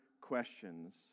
questions